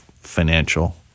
financial